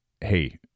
hey